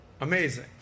Amazing